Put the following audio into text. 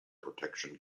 protection